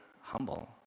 humble